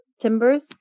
timbers